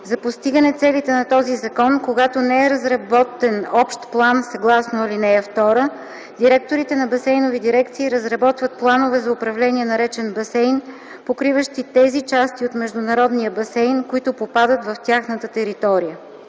За постигане целите на този закон, когато не е разработен общ план съгласно ал. 2, директорите на басейнови дирекции разработват планове за управление на речен басейн, покриващи тези части от международния басейн, които попадат в тяхната територия.”